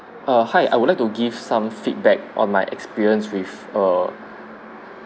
uh hi I would like to give some feedback on my experience with err